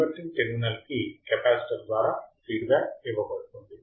inverting terminal కి capacitor ద్వారా feedback ఇవ్వబడుతుంది